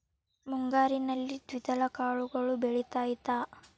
ಮುಂಗಾರಿನಲ್ಲಿ ದ್ವಿದಳ ಕಾಳುಗಳು ಬೆಳೆತೈತಾ?